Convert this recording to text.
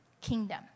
kingdom